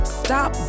stop